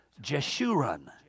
Jeshurun